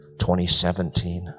2017